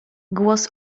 głos